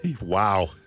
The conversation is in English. Wow